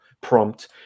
prompt